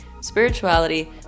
spirituality